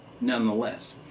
nonetheless